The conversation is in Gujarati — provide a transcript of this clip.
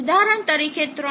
ઉદાહરણ તરીકે 3